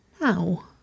now